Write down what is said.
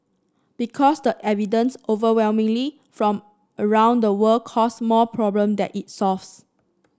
because the evidence overwhelmingly from around the world cause more problem than it solves